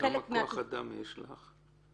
כמה כוח אדם יש לך?